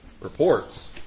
reports